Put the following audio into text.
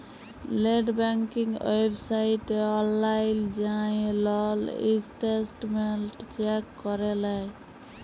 late banking ওয়েবসাইটে অললাইল যাঁয়ে লল ইসট্যাটমেল্ট চ্যাক ক্যরে লেই